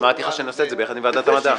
אמרתי לך שנעשה את זה ביחד עם ועדת המדע.